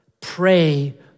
pray